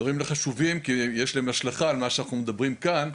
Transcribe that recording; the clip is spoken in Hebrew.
אלו דברים חשובים כי יש להם השלכה על מה שאנחנו מדברים כאן,